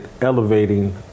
elevating